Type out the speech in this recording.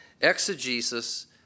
exegesis